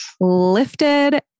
lifted